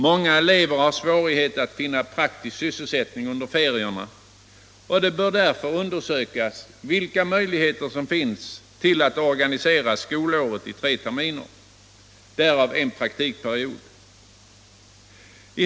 Många elever har svårigheter att finna praktisk sysselsättning under ferierna. Det bör därför undersökas vilka förutsättningar som finns att dela upp skolåret i tre terminer, därav en praktikperiod.